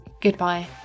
goodbye